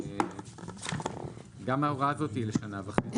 לשנה וחצי.